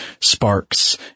sparks